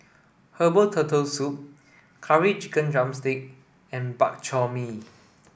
herbal turtle soup curry chicken drumstick and Bak Chor Mee